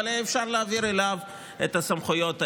אבל היה אפשר להעביר אליו את הסמכויות האלה.